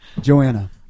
Joanna